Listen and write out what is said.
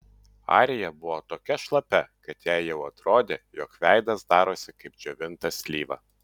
arija buvo tokia šlapia kad jai jau atrodė jog veidas darosi kaip džiovinta slyva